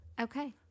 Okay